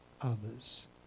others